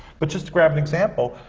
but just to grab an example,